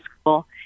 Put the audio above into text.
School